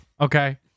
Okay